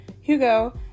Hugo